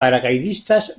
paracaidistas